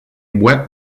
wet